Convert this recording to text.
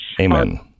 Amen